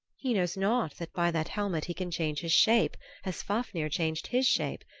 he knows not that by that helmet he can change his shape as fafnir changed his shape,